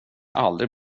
aldrig